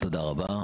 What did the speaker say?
תודה רבה.